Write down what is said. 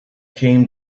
came